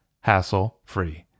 hassle-free